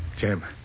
Jim